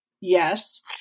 Yes